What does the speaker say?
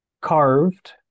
carved